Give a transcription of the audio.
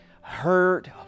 hurt